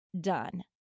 done